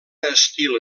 estil